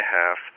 half